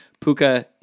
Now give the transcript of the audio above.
Puka